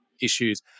issues